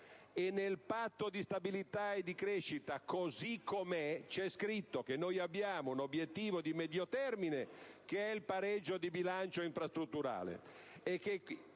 nel Patto di stabilità e crescita così com'è, è scritto che noi abbiamo un obiettivo di medio termine che è il pareggio di bilancio infrastrutturale